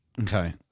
Okay